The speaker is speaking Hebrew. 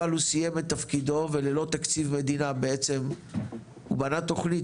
אבל הוא סיים את תפקידו וללא תקציב מדינה בעצם הוא בנה תוכנית,